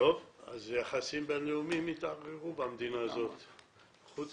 היחסים הבינלאומיים יתערערו במדינה הזאת, חוץ